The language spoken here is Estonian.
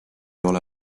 ole